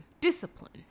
Discipline